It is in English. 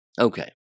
Okay